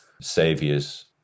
saviors